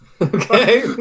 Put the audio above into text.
Okay